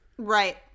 Right